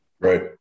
Right